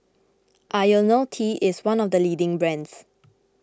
Ionil T is one of the leading brands